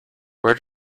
where